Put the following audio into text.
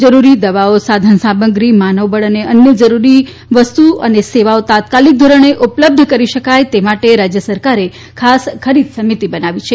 જરૂરી દવાઓ સાધન સામગ્રી માનવબળ અને અન્ય જરૂરી વસ્તુ સેવાઓ તાત્કાલિક ધોરણે ઉપલબ્ધ કરી શકાય તે માટે રાજ્ય સરકારે ખાસ ખરીદ સમિતિ બનાવી છે